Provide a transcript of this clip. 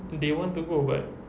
they want to go but